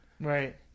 Right